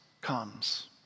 comes